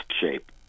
shape